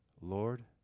Lord